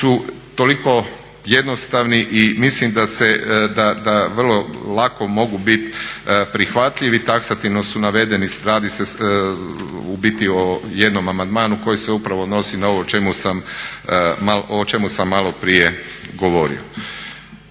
su toliko jednostavni i mislim da vrlo lako mogu biti prihvatljivi, taksativno su navedeni, radi se u biti o jednom amandmanu koji se upravo odnosi na ovo o čemu sam maloprije govorio.